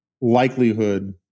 likelihood